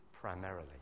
primarily